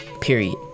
period